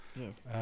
Yes